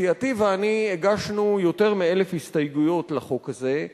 סיעתי ואני הגשנו יותר מ-1,000 הסתייגויות לחוק הזה.